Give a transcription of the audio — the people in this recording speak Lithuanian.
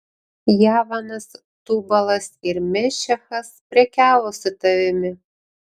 javanas tubalas ir mešechas prekiavo su tavimi